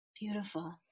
Beautiful